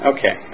Okay